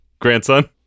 Grandson